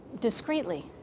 discreetly